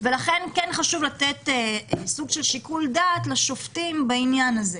ולכן חשוב לתת סוג של שיקול דעת לשופטים בעניין הזה.